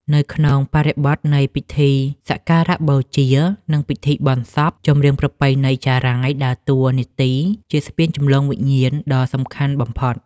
នៅក្នុងបរិបទនៃពិធីសក្ការបូជា និងពិធីបុណ្យសព ចម្រៀងប្រពៃណីចារាយដើរតួនាទីជាស្ពានចម្លងវិញ្ញាណក្ខន្ធយ៉ាងសំខាន់បំផុត។